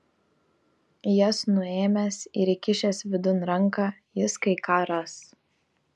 jas nuėmęs ir įkišęs vidun ranką jis kai ką ras